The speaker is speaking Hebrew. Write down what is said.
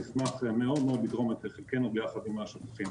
אנחנו נשמח מאוד מאוד לתרום את חלקנו ביחד עם השותפים.